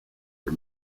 for